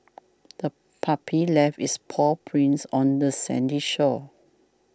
the puppy left its paw prints on the sandy shore